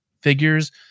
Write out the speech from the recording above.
figures